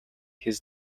his